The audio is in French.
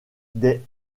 des